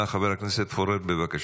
הראשונה ותעבור לדיון בוועדת